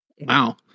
Wow